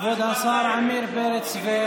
כבוד השר עמיר פרץ,